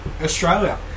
Australia